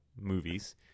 movies